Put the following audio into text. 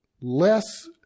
less